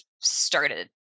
started